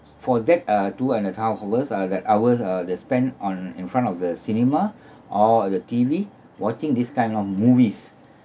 for that uh two and a half hours uh that hours uh they spent on in front of the cinema or the T_V watching this kind of movies